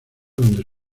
donde